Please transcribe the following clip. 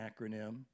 acronym